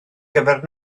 gyfer